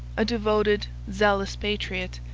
a devoted, zealous patriot,